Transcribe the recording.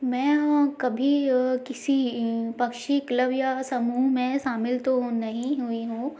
मैं कभी किसी पक्षी क्लब या समूह में शामिल तो नहीं हुई हूँ